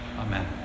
Amen